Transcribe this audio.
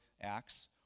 Acts